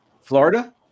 Florida